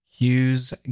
Hughes